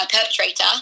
perpetrator